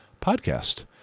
PODCAST